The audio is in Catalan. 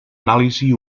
anàlisi